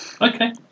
Okay